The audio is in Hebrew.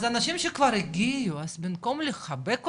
אז אנשים שכבר הגיעו, אז במקום לחבק אותם.